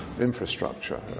infrastructure